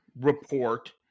report